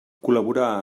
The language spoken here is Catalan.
col·laborar